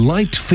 Light